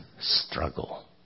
struggle